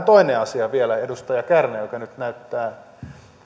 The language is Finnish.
toinen asia vielä edustaja kärnälle joka nyt näyttää